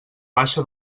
baixa